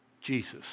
Jesus